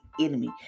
enemy